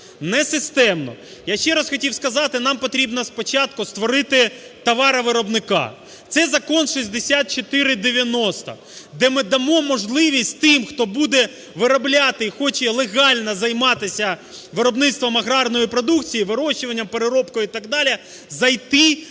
Несистемно. Я ще раз хотів сказати, нам потрібно спочатку створити товаровиробника – це Закон 6490, де ми дамо можливість тим, хто буде виробляти, хоче легально займатися виробництвом агарної продукції, вирощуванням, переробкою і так далі, зайти безпосередньо